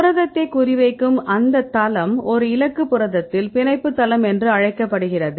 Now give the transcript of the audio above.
புரதத்தை குறிவைக்கும் அந்த தளம் ஒரு இலக்கு புரதத்தில் பிணைப்பு தளம் என்று அழைக்கப்படுகிறது